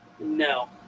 No